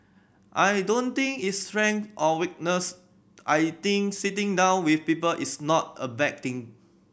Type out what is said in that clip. I don't think it's strength or weakness I think sitting down with people is not a bad thing